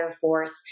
force